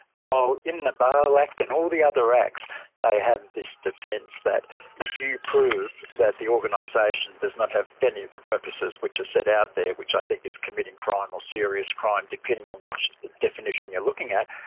while in the bail act and all the other acts they have this defence that if you proved that the organisation does not have any of the purposes which are set out there, which i think is committing crime or serious crime depending on which definition you're looking at,